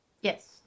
Yes